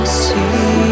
see